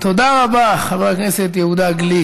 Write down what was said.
תודה רבה, חבר הכנסת יהודה גליק.